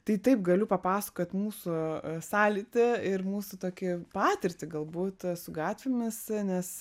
tai taip galiu papasakot mūsų sąlytį ir mūsų tokį patirtį galbūt su gatvėmis nes